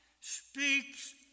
speaks